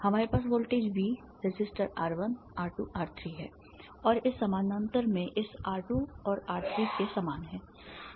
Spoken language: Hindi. हमारे पास voltage V resistor R1 R2 R3 है और यह समानांतर में इस R2 और R3 के समान है